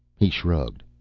he shrugged.